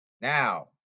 Now